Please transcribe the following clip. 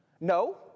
no